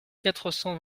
quatre